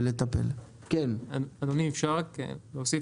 אדוני, אם אפשר להוסיף.